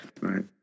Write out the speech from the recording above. right